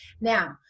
Now